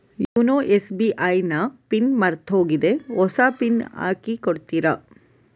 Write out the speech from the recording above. YONO SBI ನ PIN ಮರ್ತೋಗಿದೆ ಹೊಸ ಪಿನ್ ಹಾಕಿ ಕೊಡ್ತೀರಾ?